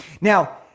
Now